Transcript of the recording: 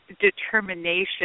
determination